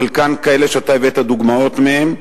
חלקן כאלה שאתה הבאת דוגמאות מהן,